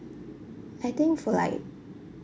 I think for like